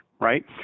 right